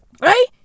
Right